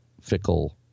fickle